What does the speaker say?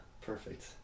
Perfect